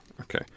Okay